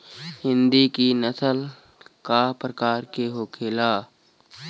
हिंदी की नस्ल का प्रकार के होखे ला?